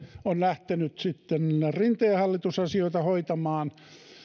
on lähtenyt rinteen hallitus asioita hoitamaan